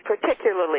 particularly